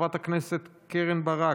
חברת הכנסת קרן ברק,